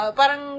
parang